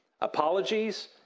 apologies